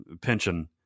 pension